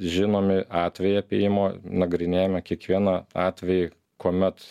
žinomi atvejai apėjimo nagrinėjame kiekvieną atvejį kuomet